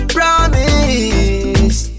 Promise